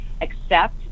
accept